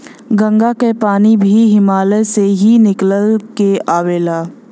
गंगा क पानी भी हिमालय से ही निकल के आवेला